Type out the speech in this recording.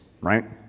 right